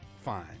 fine